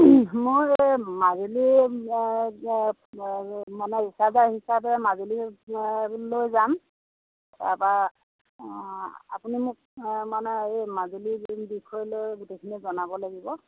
মোৰ এই মাজুলি মানে ৰিছাৰ্চাৰ হিচাপে মাজুলি লৈ যাম তাপা আপুনি মোক মানে এই মাজুলি বিষয় লৈ গোটেইখিনি জনাব লাগিব